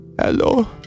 hello